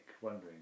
wondering